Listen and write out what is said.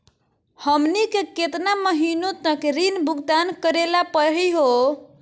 हमनी के केतना महीनों तक ऋण भुगतान करेला परही हो?